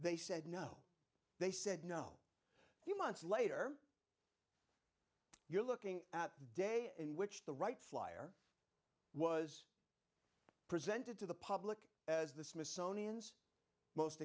they said no they said no few months later you're looking at the day in which the wright flyer was presented to the public as the smithsonian's most